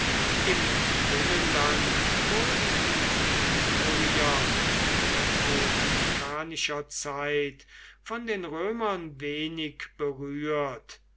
im binnenland wurden die illyrier in republikanischer zeit von den römern wenig berührt